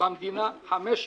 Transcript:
במדינה חמש אינטגרציות,